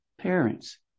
parents